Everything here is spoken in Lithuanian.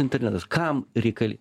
internetas kam reikali